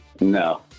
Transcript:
No